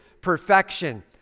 perfection